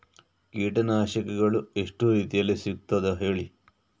ಕೀಟನಾಶಕಗಳು ಎಷ್ಟು ರೀತಿಯಲ್ಲಿ ಸಿಗ್ತದ ಹೇಳಿ